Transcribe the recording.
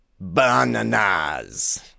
bananas